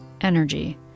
energy